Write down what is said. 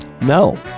No